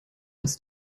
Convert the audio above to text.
ist